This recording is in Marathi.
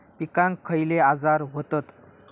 पिकांक खयले आजार व्हतत?